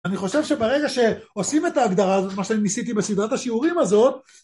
אני חושב שברגע שעושים את ההגדרה הזאת, מה שאני ניסיתי בסדרת השיעורים הזאת...